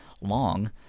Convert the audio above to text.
long